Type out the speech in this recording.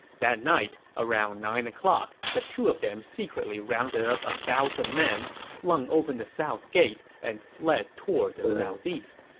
that night, around nine o'clock, the two of them secretly rounded up one ah thousand men, flung open the south gate, and fled toward the southeast.